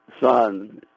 son